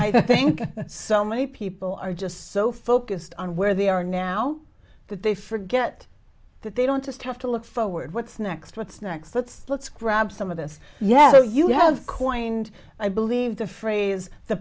i think so many people are just so focused on where they are now that they forget that they don't just have to look forward what's next what's next let's let's grab some of this yes you have quietened i believe the phrase the